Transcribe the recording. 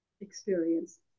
experience